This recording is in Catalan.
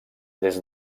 des